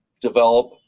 develop